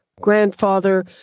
grandfather